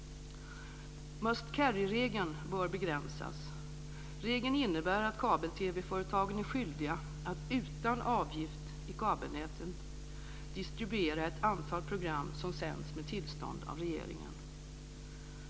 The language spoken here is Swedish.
Must carry-reglen bör begränsas. Regeln innebär att kabel-TV-företagen är skyldiga att utan avgift i kabelnäten distribuera ett antal program som sänds med tillstånd av regeringen.